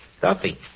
Duffy